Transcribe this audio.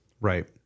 Right